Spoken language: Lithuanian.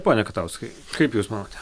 pone katauskai kaip jūs manote